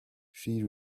she